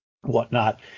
whatnot